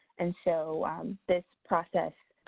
and so this process,